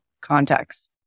context